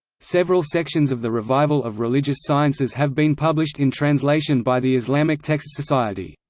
several sections of the revival of religious sciences have been published in translation by the islamic texts society.